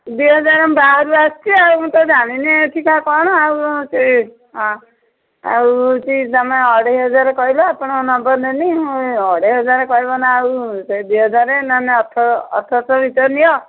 ଦୁଇ ହଜାର ବାହାରୁ ଆସିଛି ଆଉ ମୁଁ ତ ଜାଣିନି ଏଠିକା କ'ଣ ଆଉ ସେଇ ହଁ ଆଉ ହେଉଛି ତୁମେ ଅଢ଼େଇ ହଜାର କହିଲ ଆପଣ ନମ୍ବର୍ ନେଲି ଅଢ଼େଇ ହଜାର କହିବ ନା ଆଉ ସେଇ ଦୁଇ ହଜାର ନହେଲେ ଅଠର ଅଠରଶହ ଭିତରେ ନିଅ